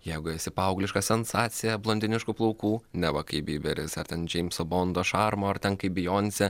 jeigu esi paaugliška sensacija blondiniškų plaukų neva kaip byberis ar ten džeimso bondo šarmo ar ten kai bijonsė